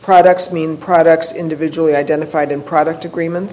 products mean products individually identified in product agreements